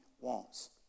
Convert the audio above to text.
wants